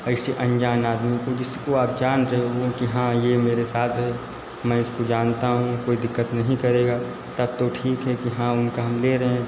ऐसे अंजान आदमी को जिसको आप जान रहे हो कि हाँ यह मेरे साथ है मैं इसको जानता हूँ कोई दिक्कत नहीं करेगा तब तो ठीक है कि हाँ उनका हम ले रहे हैं